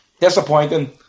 Disappointing